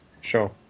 Sure